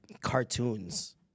cartoons